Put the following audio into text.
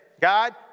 God